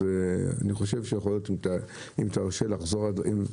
אז אני מבקש ממך לחזור על הדברים,